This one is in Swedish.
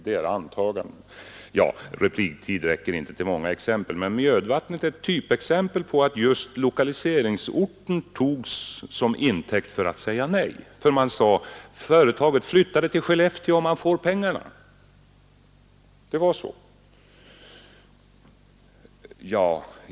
Det är antaganden vi rör oss med. Repliktiden räcker inte till många exempel, men Mjödvattnet är ett exempel på att just lokaliseringsorten togs till intäkt för att säga nej. Det sades nämligen: Om företaget flyttar till Skellefteå får företaget pengarna! — Det var så.